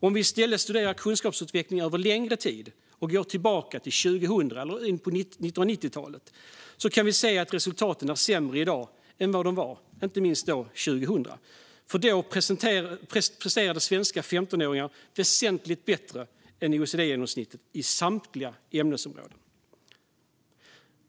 Om vi i stället studerar kunskapsutvecklingen över längre tid och går tillbaka till 2000 eller in på 1990-talet kan vi se att resultaten är sämre i dag än de var då - inte minst år 2000, då svenska femtonåringar presterade väsentligt bättre än OECD-genomsnittet på samtliga ämnesområden.